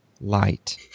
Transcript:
light